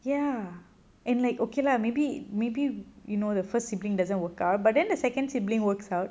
ya and like okay lah maybe maybe you know the first sibling doesn't work out but then the second sibling works out